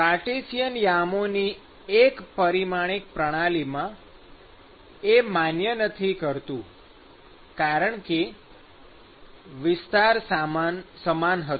Cartesian યામોની એક પરિમાણિક પ્રણાલીમાં એ માન્ય નથી કરતું કારણકે વિસ્તાર સમાન હતો